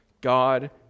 God